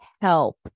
help